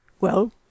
Well